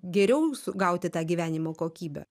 geriau su gauti tą gyvenimo kokybę